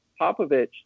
Popovich